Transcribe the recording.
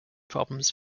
problems